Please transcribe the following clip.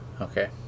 okay